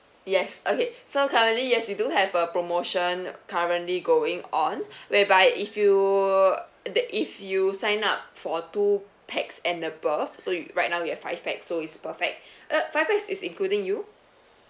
yes okay so currently yes we do have a promotion currently going on whereby if you that if you sign up for two pax and above so you right now we have five pax so it's perfect uh five pax is including you